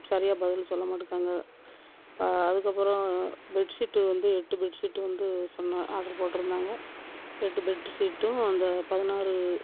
சரியாக பதில் சொல்ல மாட்டுக்காங்க அதற்கப்புறம் பெட்சீட்டு வந்து எட்டு பெட்சீட்டு வந்து சொன்னேன் ஆர்டர் போட்டுருந்தாங்க எட்டு பெட்சீட்டும் அந்த பதினாறு